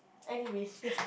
any race here